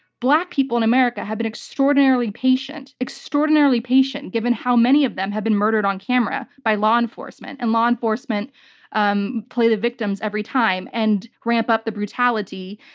black people in america have been extraordinarily patient, extraordinarily patient, and given how many of them had been murdered on camera by law enforcement. and law enforcement um play the victims every time, and ramp up the brutality,